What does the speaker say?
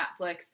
Netflix